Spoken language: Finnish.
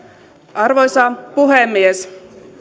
arvoisa puhemies